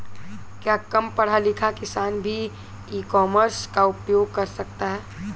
क्या कम पढ़ा लिखा किसान भी ई कॉमर्स का उपयोग कर सकता है?